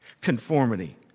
conformity